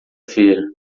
feira